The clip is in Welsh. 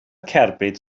cerbyd